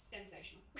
Sensational